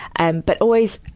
and but always,